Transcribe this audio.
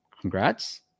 congrats